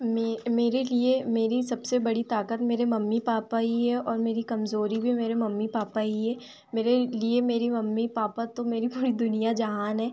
मैं मेरे लिए मेरी सबसे बड़ी ताक़त मेरे मम्मी पापा ही है और मेरी कमज़ोरी भी मेरे मम्मी पापा ही है मेरे लिए मेरी मम्मी पापा तो मेरी पूरी दुनिया जहान हैं